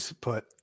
put